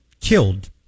killed